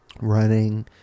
running